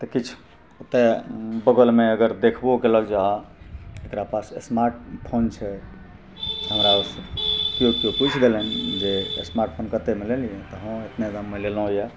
तऽ किछु ओतय बगलमे अगर देखबो कयलक जे हँ एकरा पास स्मार्ट फोन छै हमरा ओतऽ केओ केओ पुछि देलनि जे स्मार्ट फोन कत्तेमे लेलियै तऽ हँ एतने दाममे लेलहुँ यऽ